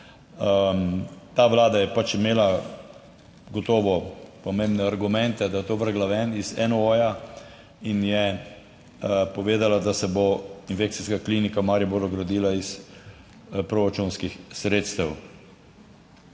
Ta vlada je pač imela gotovo pomembne argumente, da je to vrgla ven iz NOO in je povedala, da se bo infekcijska klinika Maribor gradila iz proračunskih sredstev.